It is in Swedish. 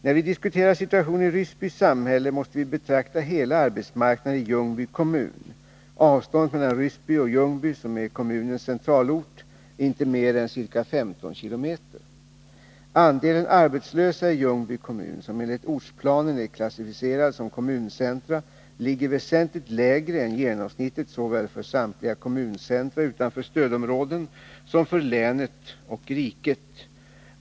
När vi diskuterar situationen i Ryssby samhälle måste vi betrakta hela arbetsmarknaden i Ljungby kommun. Avståndet mellan Ryssby och Ljungby, som är kommunens centralort, är inte mer än ca 15 km. Andelen arbetslösa i Ljungby kommun, som enligt ortsplanen är klassificerad som kommuncenter, ligger väsentligt lägre än genomsnittet såväl för samtliga kommuncentra utanför stödområden som för länet och riket.